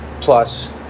plus